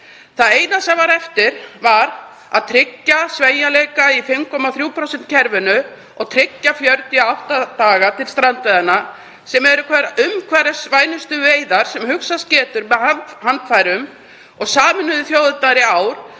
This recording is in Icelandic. Það eina sem var eftir var að tryggja sveigjanleika í 5,3% kerfinu og tryggja 48 daga til strandveiðanna sem eru einhverjar umhverfisvænustu veiðar sem hugsast getur, með handfærum. Sameinuðu þjóðirnar tala